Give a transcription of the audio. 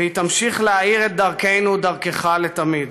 והיא תמשיך להאיר את דרכנו, דרכך, לתמיד.